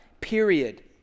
period